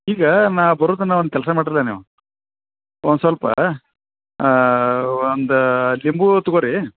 ಈಗ ನಾ ಬರೋತನ ಒಂದು ಕೆಲಸ ಮಾಡ್ರಲ್ಲ ನೀವು ಒಂದು ಸ್ವಲ್ಪ ಒಂದು ಲಿಂಬು ತೊಗೊರಿ